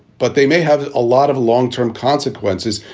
but they may have a lot of long term consequences.